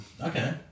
okay